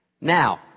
Now